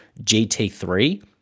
GT3